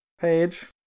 page